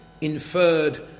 inferred